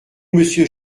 monsieur